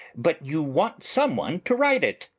but you want someone to write it.